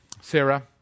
Sarah